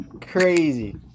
Crazy